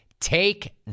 Take